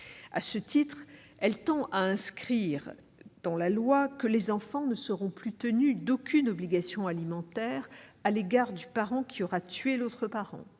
proposition de loi tend à inscrire dans la loi que les enfants ne seront plus tenus d'aucune obligation alimentaire à l'égard du parent qui aura tué l'autre parent,